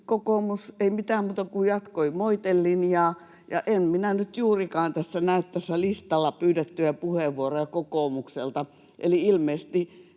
kokoomus ei mitään muuta kuin jatkoi moitelinjaa. Ja en minä nyt juurikaan näe tässä listalla pyydettyjä puheenvuoroja kokoomukselta. Eli ilmeisesti